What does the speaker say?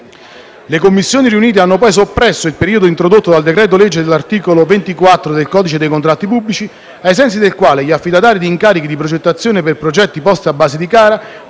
Le Commissioni riunite hanno poi soppresso il periodo introdotto dal decreto-legge all'articolo 24 del codice dei contratti pubblici, ai sensi del quale gli affidatari di incarichi di progettazione per progetti posti a base di gara